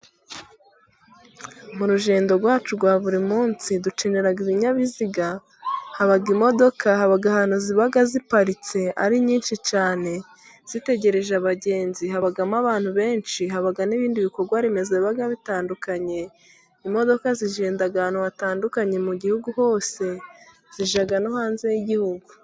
Mu rugendo rwacu rwa buri munsi dukenera ibinyabiziga, haba imodoka, haba ahantu ziba ziparitse ari nyinshi cyane zitegereje abagenzi, habamo abantu benshi, haba n'ibindi bikorwa remezo biba bitandukanye. Imodoka zigenda ahantu hatandukanye mu gihugu hose, zijya no hanze y'igihugu.